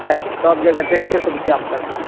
ہے سب جگہ تو ایک کے سو روپیہ میں کرتا ہے